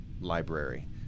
library